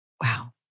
Wow